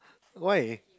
why